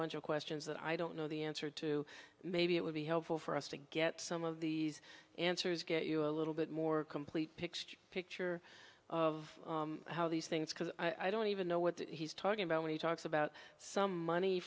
bunch of questions that i don't know the answer to maybe it would be helpful for us to get some of these answers get you a little bit more complete picture picture of how these things because i don't even know what he's talking about when he talks about some money